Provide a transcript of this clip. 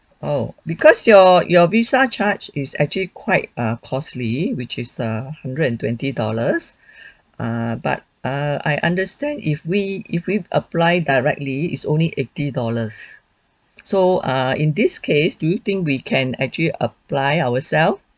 oh because your your visa charge is actually quite err costly which is err hundred and twenty dollars err but err I understand if we if we apply directly it's only eighty dollars so uh in this case do you think we can actually apply ourselves